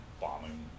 bombing